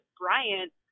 Bryant